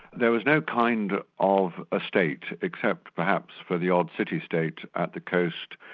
there was no kind of estate, except perhaps for the odd city-state at the coast.